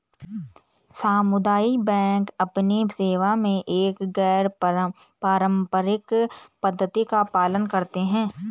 सामुदायिक बैंक अपनी सेवा में एक गैर पारंपरिक पद्धति का पालन करते हैं